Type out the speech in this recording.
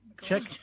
check